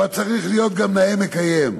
אבל צריך להיות גם נאה מקיים.